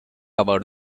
about